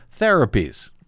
therapies